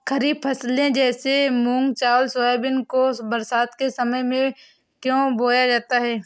खरीफ फसले जैसे मूंग चावल सोयाबीन को बरसात के समय में क्यो बोया जाता है?